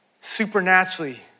Supernaturally